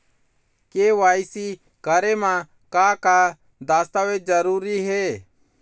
KYC करे म का का दस्तावेज जरूरी हे?